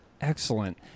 Excellent